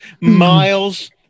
miles